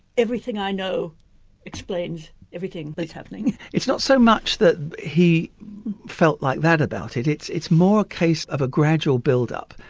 everything i know explains everything that's happening? it's not so much that he felt like that about it, it's it's more a case of a gradual build-up,